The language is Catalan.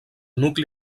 nucli